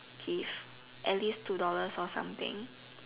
give at least two dollars or something